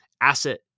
asset